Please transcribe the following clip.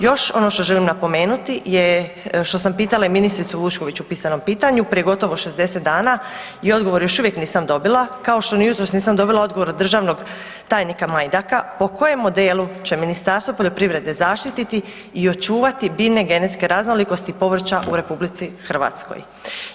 Još ono što želim napomenuti je što sam pitala i ministricu Vučković u pisanom pitanju prije gotovo 60 dana i odgovor još uvijek nisam dobila, kao što niti jutros nisam dobila odgovor od državnoj tajnika Majdaka po kojem modelu će Ministarstvo poljoprivrede zaštititi i očuvati biljne genetske raznolikosti povrća u Republici Hrvatskoj.